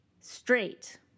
straight